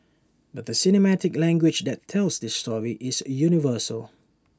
but the cinematic language that tells this story is universal